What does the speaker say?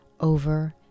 over